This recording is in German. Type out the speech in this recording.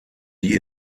die